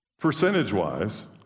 Percentage-wise